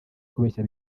kubeshya